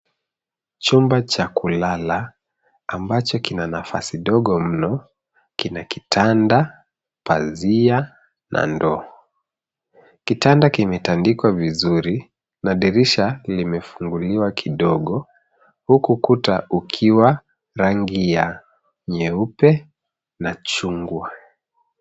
Chumba cha kulala ambacho kina nafasi ndogo mno kina kitada, pazia na ndo, kitanda kimetandikwa vizuri na dirisha limefunguliwa kidogo huku kuta ukiwa rangi ya nyeupe na chungwa.